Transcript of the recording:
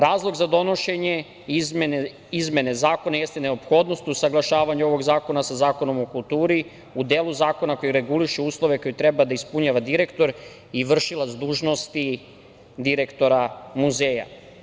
Razlog za donošenje izmene zakona jeste neophodnost usaglašavanja ovog zakona sa Zakonom o kulturi, a u delu zakona koji reguliše uslove koje treba da ispunjava direktor i vršilac dužnosti direktora muzeja.